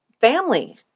family